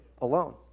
alone